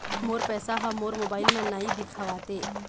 मोर पैसा ह मोर मोबाइल में नाई दिखावथे